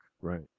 Right